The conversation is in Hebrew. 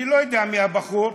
אני לא יודע מי הבחור,